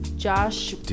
Josh